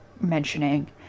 mentioning